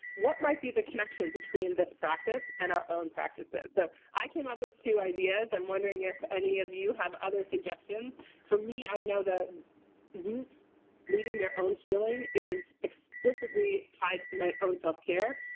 what might be the connection between this practice and our own practices. so i came up with two ideas i'm wondering if any of you have other suggestions. for me, i know that youth leading their own healing is explicitly tied to my own self-care,